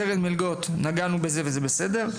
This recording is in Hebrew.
קרן המלגות נגענו בזה וזה בסדר,